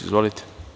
Izvolite.